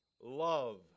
love